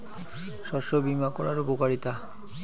শস্য বিমা করার উপকারীতা?